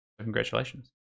Congratulations